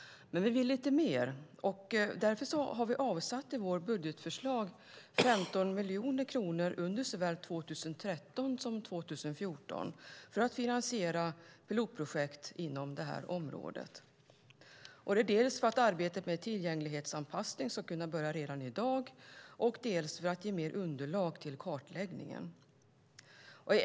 Vi vill dock lite mer. Därför har vi i vårt budgetförslag avsatt 15 miljoner kronor under såväl 2013 som 2014 för att finansiera pilotprojekt inom området. Det är dels för att arbetet med tillgänglighetsanpassning ska kunna börja redan i dag, dels för att ge mer underlag till kartläggningen.